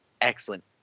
excellent